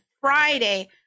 Friday